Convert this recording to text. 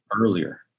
earlier